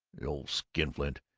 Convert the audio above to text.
the old skinflint!